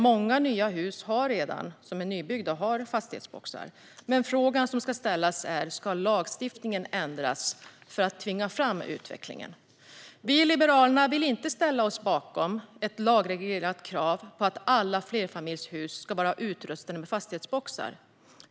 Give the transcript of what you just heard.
Många nybyggda hus har redan fastighetsboxar. Men den fråga som måste ställas är: Ska lagstiftningen ändras för att tvinga fram en utveckling? Vi i Liberalerna vill inte ställa oss bakom ett lagreglerat krav på att alla flerfamiljshus ska vara utrustade med fastighetsboxar.